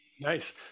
Nice